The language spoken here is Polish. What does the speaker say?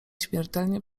śmiertelnie